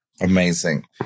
Amazing